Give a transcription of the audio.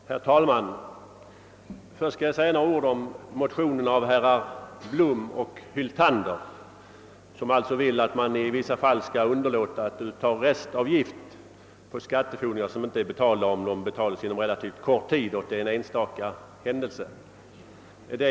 Herr talman! Jag skall först säga några ord om motionsparet av herrar Blom och Hyltander, som önskar att man skall underlåta att utta restavgift på icke i tid betalda skatteskulder, som betalas inom tio dagar efter förfallodagen, i de fall där det gäller en enstaka försummelse.